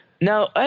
Now